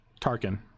Tarkin